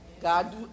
God